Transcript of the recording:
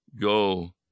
go